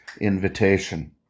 invitation